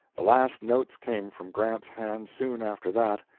the last notes came from grant's hands soon after that,